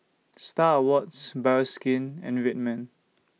STAR Awards Bioskin and Red Man